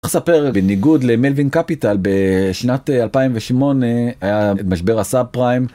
אספר בניגוד למלווין קפיטל בשנת אלפיים ושמונה משבר הסאב פריים.